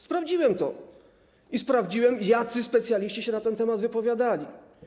Sprawdziłem to i sprawdziłem, jacy specjaliści się na ten temat wypowiadali.